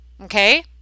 okay